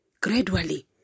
gradually